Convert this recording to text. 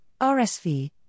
RSV